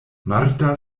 marta